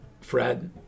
Fred